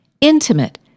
intimate